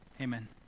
Amen